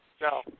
No